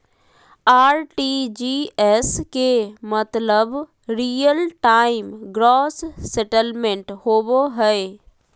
RTGS के मतलब real time gross settlement होबो हय